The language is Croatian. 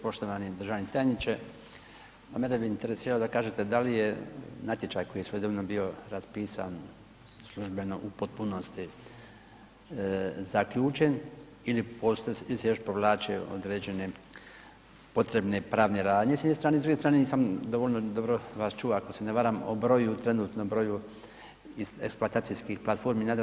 Poštovani državni tajniče, mene bi interesiralo da kažete da li je natječaj koji je … bio raspisan službeno u potpunosti zaključen, ili se još povlače određene potrebne pravne radnje s jedne strane, a s druge strane nisam dovoljno dobro vas čuo ako se ne varam o broju trenutnom broju eksploatacijskih platformi na Jadranu.